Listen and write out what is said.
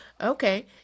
Okay